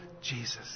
Jesus